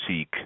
seek